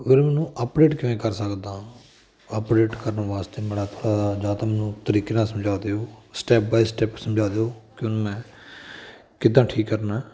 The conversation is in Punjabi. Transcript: ਵੀਰ ਇਹਨੂੰ ਅਪਡੇਟ ਕਿਵੇਂ ਕਰ ਸਕਦਾ ਅਪਡੇਟ ਕਰਨ ਵਾਸਤੇ ਬੜਾ ਥੋੜ੍ਹਾ ਜਾ ਤੁਹਾਨੂੰ ਤਰੀਕੇ ਨਾਲ ਸਮਝਾ ਦਿਓ ਸਟੈਪ ਬਾਏ ਸਟੈਪ ਸਮਝਾ ਦਿਓ ਕਿ ਉਹਨੂੰ ਮੈਂ ਕਿੱਦਾਂ ਠੀਕ ਕਰਨਾ